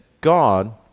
God